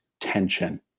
tension